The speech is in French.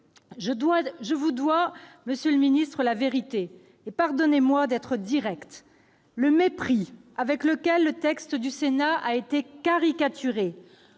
Je vous dois la vérité, monsieur le ministre, et pardonnez-moi d'être directe : le mépris avec lequel le texte du Sénat a été caricaturé,